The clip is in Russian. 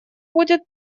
будет